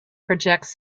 projects